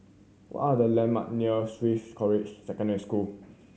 what are the landmark near Swiss College Secondary School